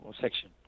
section